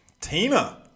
Tina